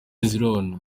zirona